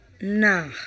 nah